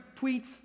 tweets